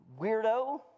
weirdo